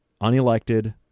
unelected